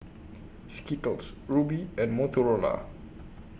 Skittles Rubi and Motorola